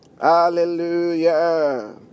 Hallelujah